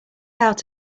out